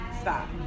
stop